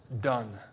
done